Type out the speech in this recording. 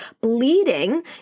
bleeding